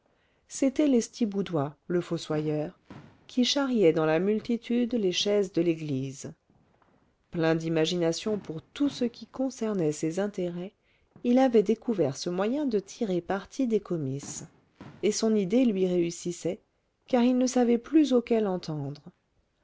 c'était lestiboudois le fossoyeur qui charriait dans la multitude les chaises de l'église plein d'imagination pour tout ce qui concernait ses intérêts il avait découvert ce moyen de tirer parti des comices et son idée lui réussissait car il ne savait plus auquel entendre